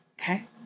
Okay